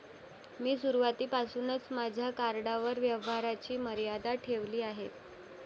मी सुरुवातीपासूनच माझ्या कार्डवर व्यवहाराची मर्यादा ठेवली आहे